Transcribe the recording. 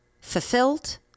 fulfilled